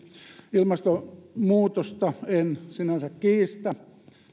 ilmastonmuutosta en sinänsä kiistä